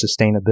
sustainability